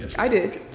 i did.